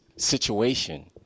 Situation